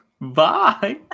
bye